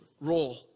role